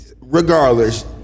regardless